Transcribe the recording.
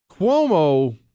Cuomo